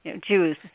Jews